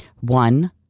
One